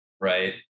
right